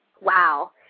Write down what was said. wow